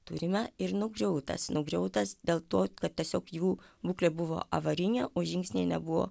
turime ir nugriautas nugriautas dėl to kad tiesiog jų būklė buvo avarinė o žingsniai nebuvo